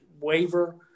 waiver